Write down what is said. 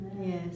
Yes